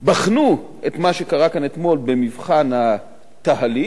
בחנו את מה שקרה כאן אתמול במבחן התהליך,